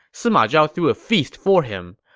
sima zhao threw a feast for him.